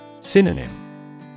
Synonym